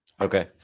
okay